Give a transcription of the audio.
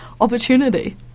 opportunity